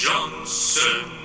Johnson